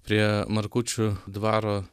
prie markučių dvaro